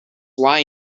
lie